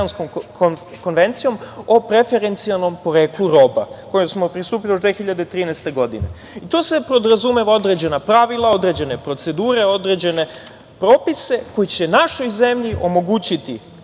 o preferncijalnom poreklu roba, kojoj smo pristupili još 2013. godine. Tu se podrazumevaju određena pravila, određene procedure, određeni propisi koji će našoj zemlji omogućiti